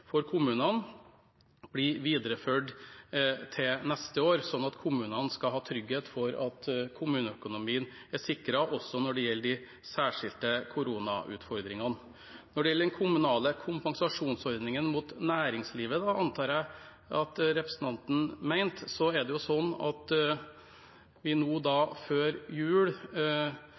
for kommunene, blir videreført til neste år, sånn at kommunene skal ha trygghet for at kommuneøkonomien er sikret også når det gjelder de særskilte koronautfordringene. Når det gjelder den kommunale kompensasjonsordningen mot næringslivet, som jeg antar at representanten mente, er det sånn at vi nå, før jul,